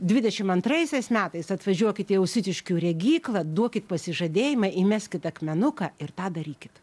dvidešim antraisiais metais atvažiuokite į ausiutiškių regyklą duokit pasižadėjimą įmeskit akmenuką ir tą darykit